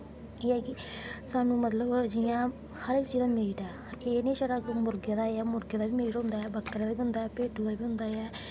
एह् ऐ कि सानूं मतलब जि'यां हर इक जगह मीट ऐ एह् निं ऐ कि छड़ा मुर्गे दा गै बकरे दा बी बनदा ऐ भिड्डु दा बी बनदा ऐ